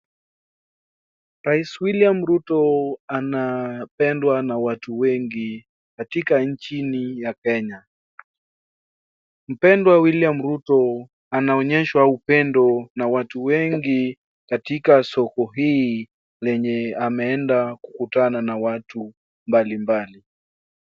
Rais Wiliiam Ruto anapendwa na watu wengi katika nchini ya Kenya. Mpendwa William Ruto anaonyeshwa upendo na watu wengi katika soko hii lenye ameenda kukutana na watu mbalimbali.